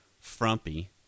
frumpy